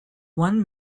one